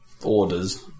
Orders